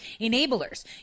Enablers